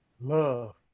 love